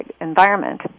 environment